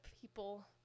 people